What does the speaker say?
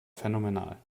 phänomenal